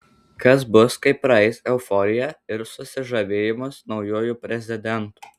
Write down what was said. kas bus kai praeis euforija ir susižavėjimas naujuoju prezidentu